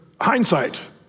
hindsight